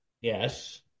Yes